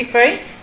எனவே 6 5 sin ω t